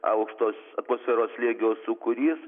aukšto atmosferos slėgio sūkurys